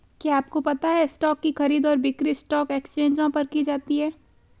क्या आपको पता है स्टॉक की खरीद और बिक्री स्टॉक एक्सचेंजों पर की जाती है?